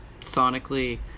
sonically